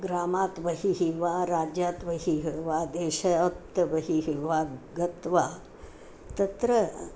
ग्रामात् बहिः वा राज्यात् बहिः वा देशात् बहिः वा गत्वा तत्र